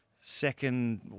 second